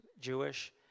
Jewish